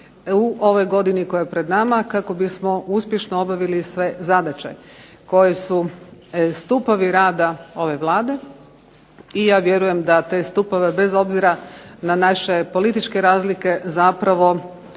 u ovoj godini koja je pred nama kako bi smo uspješno obavili sve zadaće koje su stupovi rada ove Vlade i ja vjerujem da te stupove bez obzira na naše političke razlike zapravo